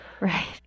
Right